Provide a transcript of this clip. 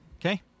Okay